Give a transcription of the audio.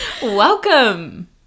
Welcome